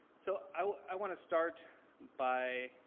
so i wanna start by